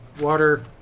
Water